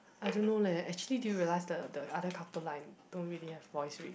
I don't know leh actually do you realise the the other couple like don't really have voice already